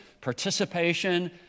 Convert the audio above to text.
participation